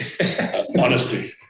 honesty